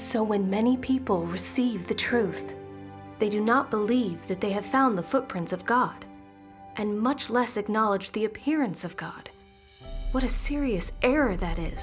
when many people receive the truth they do not believe that they have found the footprints of god and much less acknowledge the appearance of god what a serious error that i